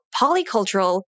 polycultural